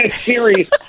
series